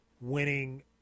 winning